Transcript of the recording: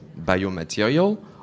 biomaterial